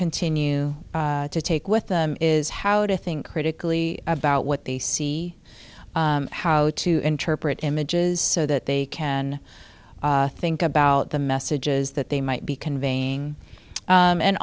continue to take with them is how to think critically about what they see how to interpret images so that they can think about the messages that they might be conveying